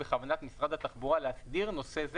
בכוונת משרד התחבורה להסדיר נושא זה